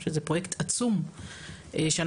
שזה פרויקט עצום שהובלנו.